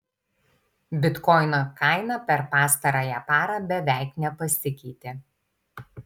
bitkoino kaina per pastarąją parą beveik nepasikeitė